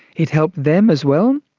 it helped them as well.